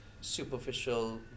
superficial